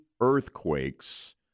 earthquakes